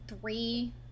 three